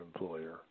employer